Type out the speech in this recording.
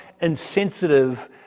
insensitive